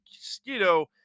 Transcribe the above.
mosquito